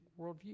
worldview